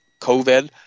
COVID